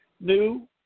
new